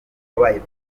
wabaye